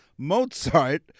Mozart